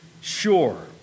sure